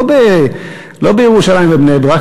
לא בירושלים ובני-ברק,